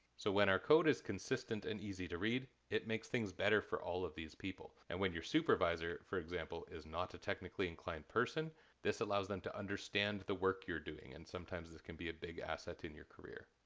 so when our code is consistent and easy to read, it makes things better for all of these people and when your supervisor, for example, is not a technically-inclined person this allows them to understand the work you're doing and sometimes sometimes this can be a big asset in your career.